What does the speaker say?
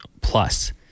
plus